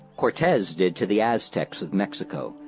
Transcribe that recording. cortes did to the aztecs of mexico,